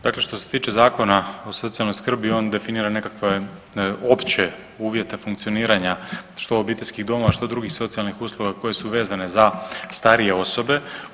Dakle što se tiče Zakona o socijalnoj skrbi, on definira nekakve opće uvjete funkcioniranja, što obiteljskih domova, što drugih socijalnih usluga koje su vezane za starije osobe.